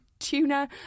tuna